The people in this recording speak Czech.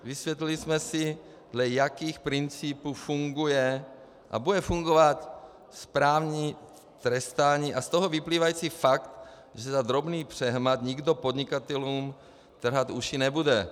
Vysvětlili jsme si, dle jakých principů funguje a bude fungovat správní trestání, a z toho vyplývající fakt, že za drobný přehmat nikdo podnikatelům trhat uši nebude.